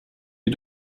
you